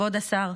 כבוד השר,